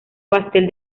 pastel